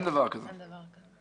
אין דבר כזה.